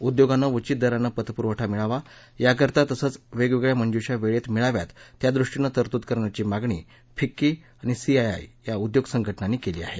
उद्योगांना उचित दरानं पतपुरवठा मिळावा याकरता तसंच वेगवेगळया मंजूष्या वेळेत मिळाव्या त्यादृष्टीनं तरदूत करण्याची मागणी फिक्की आणि सीआयआय या उद्योग संघटनांनी केली आहे